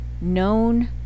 known